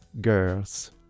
girls